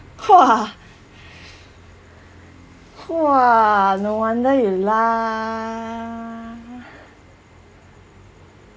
!wah! !wah! no wonder you laugh